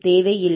தேவை இல்லை